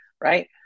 Right